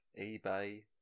eBay